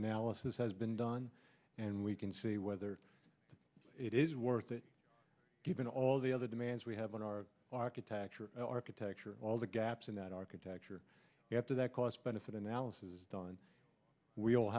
analysis has been done and we can see whether it is worth it given all the other demands we have in our architecture architecture all the gaps in that architecture we have to that cost benefit analysis done we